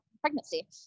pregnancy